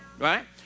Right